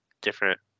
different